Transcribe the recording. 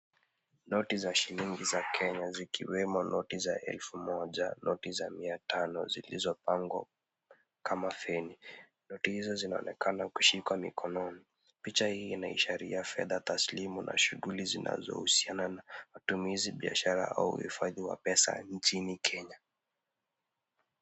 Noti za shilingi za Kenya zikiwemo noti za elfu moja, noti za miatano zilizopangwa kama feni. Noti hizo zinaonekana kushikwa mikononi. Picha hii inaashiria fedha taslimu na shughuli zinazohusiana na matumizi, biashara au uhifadhi wa pesa nchini Kenya.